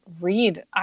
read